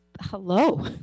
Hello